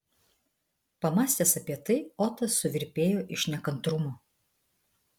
pamąstęs apie tai otas suvirpėjo iš nekantrumo